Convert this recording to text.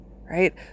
right